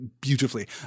beautifully